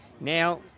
Now